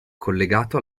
collegato